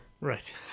right